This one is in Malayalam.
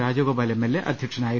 രാജഗോപാൽ എം എൽ എ അധ്യക്ഷനായിരുന്നു